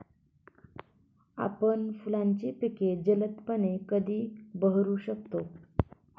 आपण फुलांची पिके जलदपणे कधी बहरू शकतो?